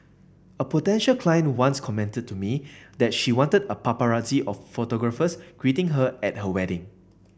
a potential client once commented to me that she wanted a paparazzi of photographers greeting her at her wedding